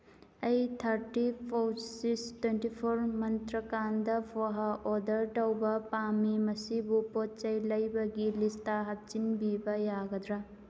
ꯑꯩ thirty pouches twenty four ꯃꯟꯇ꯭ꯔꯥ ꯀꯥꯟꯗ ꯄꯣꯍꯥ ꯑꯣꯔꯗꯔ ꯇꯧꯕ ꯄꯥꯝꯃꯤ ꯃꯁꯤꯕꯨ ꯄꯣꯠ ꯆꯩ ꯂꯩꯕꯒꯤ ꯂꯤꯁꯇ ꯍꯥꯞꯆꯤꯟꯕꯤꯕ ꯌꯥꯒꯗ꯭ꯔ